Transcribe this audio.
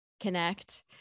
connect